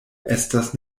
estas